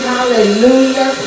Hallelujah